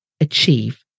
achieve